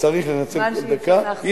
וצריך לנצל כל דקה.